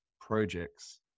projects